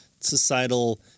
societal